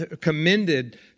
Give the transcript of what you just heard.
commended